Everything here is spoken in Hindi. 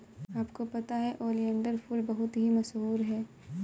आपको पता है ओलियंडर फूल बहुत ही मशहूर है